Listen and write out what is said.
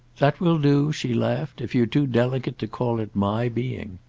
that will do, she laughed, if you're too delicate to call it my being!